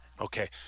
Okay